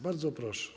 Bardzo proszę.